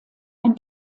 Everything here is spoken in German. ein